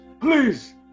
please